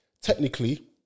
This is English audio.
Technically